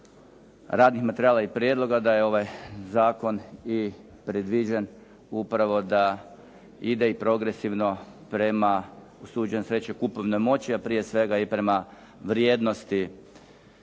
radnih materijala i prijedloga da je ovaj zakon i predviđen upravo da ide i progresivno prema, usuđujem se reći kupovnoj moći, a prije svega i prema vrijednosti